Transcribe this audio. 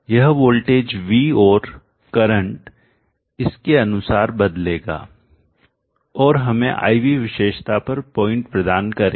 यह voltage V और current इसके अनुसार बदलेगा और हमें I V विशेषता पर पॉइंट प्रदान करेगा